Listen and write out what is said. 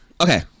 Okay